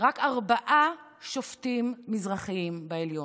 רק ארבעה שופטים מזרחים בעליון,